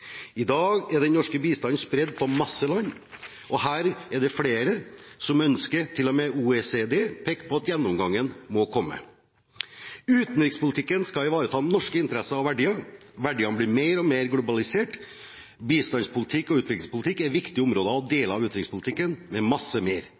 I dag er den norske bistanden spredt på mange land, og her er det flere som ønsker – til og med OECD har pekt på det – at gjennomgangen må komme. Utenrikspolitikken skal ivareta norske interesser og verdier – verdiene blir mer og mer globalisert. Bistandspolitikk og utviklingspolitikk er viktige